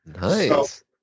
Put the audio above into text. Nice